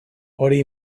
hori